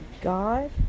God